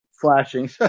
flashing